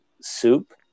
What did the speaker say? soup